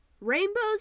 Rainbows